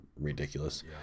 ridiculous